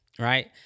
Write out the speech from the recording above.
Right